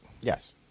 Yes